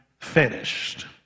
finished